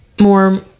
more